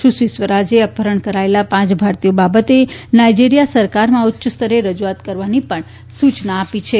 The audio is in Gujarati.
સુશ્રી સ્વરાજે અપહરણ કરાયેલા પાંચ ભારતીયો બાબતે નાઇજીરીયા સરકારમાં ઉચ્ચ સ્તરે રજુઆત કરવાની પણ સૂચના આપી છે